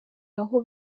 aho